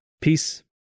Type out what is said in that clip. Peace